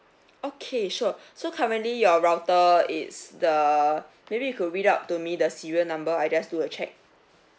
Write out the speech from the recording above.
okay sure so currently your router it's the maybe you could read up to me there serial number I just do a check